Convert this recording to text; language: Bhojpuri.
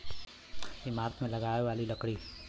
ईमारत मे लगाए वाली लकड़ी